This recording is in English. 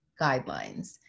guidelines